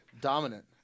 Dominant